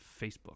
Facebook